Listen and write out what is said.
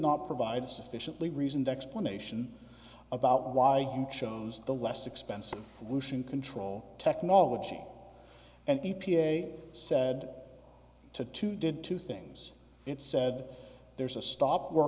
not provide sufficiently reasoned explanation about why you chose the less expensive to control technology and the e p a said to two did two things it said there's a stop wor